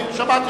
אני שמעתי.